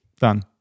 Done